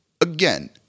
Again